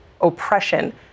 oppression